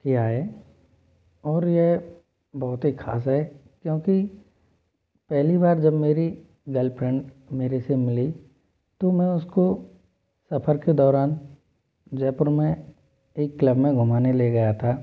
किया है और ये बहुत ही खास है क्योंकि पहली बार जब मेरी गर्लफ्रेंड मेरे से मिली तो मैं उसको सफर के दौरान जयपुर में एक क्लब में घूमाने ले गया था